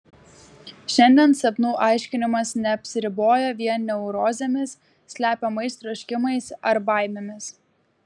šiandien sapnų aiškinimas neapsiriboja vien neurozėmis slepiamais troškimais ar baimėmis